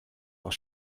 auch